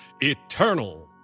eternal